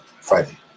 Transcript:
Friday